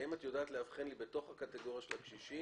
האם את יודעת לאבחן לי בתוך הקטגוריה של הקשישים,